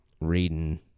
reading